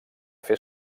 fer